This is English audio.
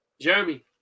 Jeremy